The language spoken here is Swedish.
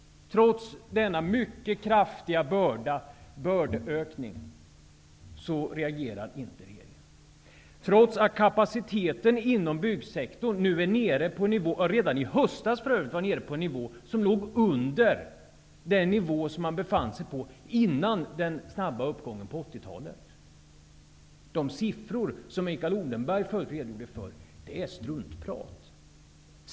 Trots denna mycket kraftiga ökning av bördan, och trots att kapacite ten inom byggsektorn redan i höstas var nere på en nivå som låg under den man befann sig på in nan den snabba uppgången på 80-talet, reagerar inte regeringen. De siffror som Mikael Odenberg redogjorde för är struntprat.